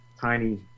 tiny